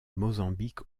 mozambique